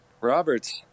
Roberts